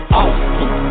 awesome